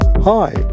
Hi